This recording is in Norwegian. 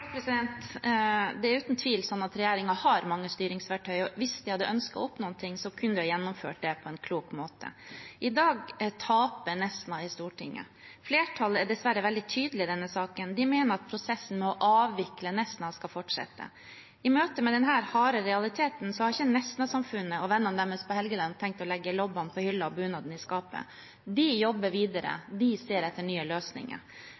Det er uten tvil sånn at regjeringen har mange styringsverktøy, og hvis de hadde ønsket å oppnå noe, kunne de ha gjennomført det på en klok måte. I dag taper Nesna i Stortinget. Flertallet er dessverre veldig tydelig i denne saken. De mener at prosessen med å avvikle Nesna skal fortsette. I møte med denne harde realiteten har ikke Nesna-samfunnet og vennene deres på Helgeland tenkt å legge lobbene på hylla og bunaden i skapet. De jobber videre, de ser etter nye løsninger.